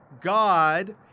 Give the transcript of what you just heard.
God